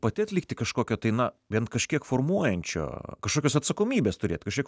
pati atlikti kažkokio tai na bent kažkiek formuojančio kažkokios atsakomybės turėt kažkiek